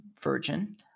virgin